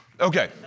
Okay